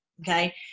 okay